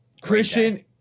Christian